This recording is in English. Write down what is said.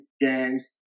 gangs